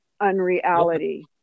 unreality